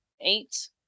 Eight